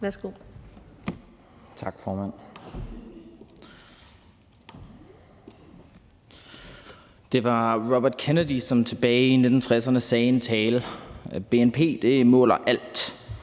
(ALT): Tak, formand. Det var Robert Kennedy, som tilbage i 1960'erne sagde i en tale: Bnp måler alt